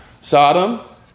Sodom